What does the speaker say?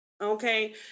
okay